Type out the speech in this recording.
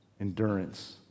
endurance